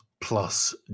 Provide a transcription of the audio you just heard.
plus